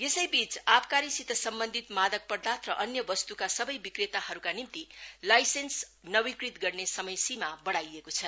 यसैबीच आबकारी सित सम्बन्धित मादक पदार्थ र अन्य वस्तुका सबै विक्रेताहरूका निम्ति लाइसेन्स नवीकृत गर्ने समय सीमा बढाईएको छ